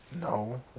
No